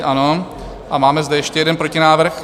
Ano a máme zde ještě jeden protinávrh.